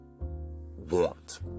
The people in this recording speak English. want